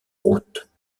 route